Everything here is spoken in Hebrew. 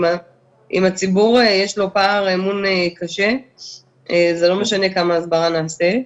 אם לציבור יש פער אמון קשה זה לא משנה כמה הסברה נעשה,